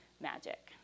magic